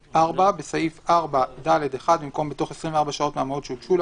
4. בסעיף 4(ד)(1) במקום: "בתוך 24 שעות מהמועד שהוגשו לה",